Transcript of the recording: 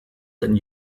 than